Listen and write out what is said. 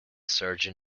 surgeon